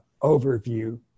overview